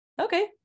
okay